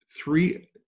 three